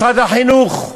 משרד החינוך,